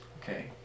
Okay